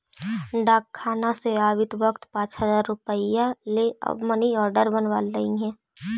डाकखाना से आवित वक्त पाँच हजार रुपया ले मनी आर्डर बनवा लइहें